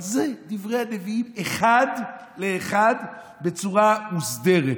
אבל אלה דברי הנביאים אחד לאחד בצורה מוסדרת,